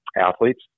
athletes